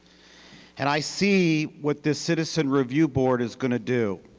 and i see what this citizen review board is going to do.